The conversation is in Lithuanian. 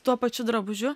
tuo pačiu drabužiu